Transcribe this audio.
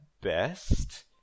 best